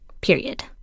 period